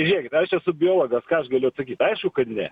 žiūrėk aš esu biologas ką aš galiu atsakyt aišku kad ne